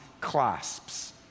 clasps